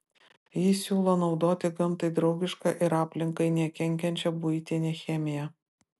jis siūlo naudoti gamtai draugišką ir aplinkai nekenkiančią buitinę chemiją